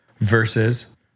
Versus